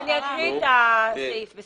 אנחנו נצטרך להוסיף אחרי סעיף